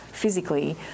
physically